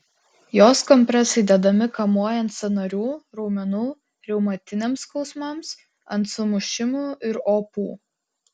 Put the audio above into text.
jos kompresai dedami kamuojant sąnarių raumenų reumatiniams skausmams ant sumušimų ir opų